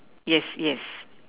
yes yes